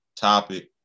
topic